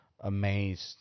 Amazed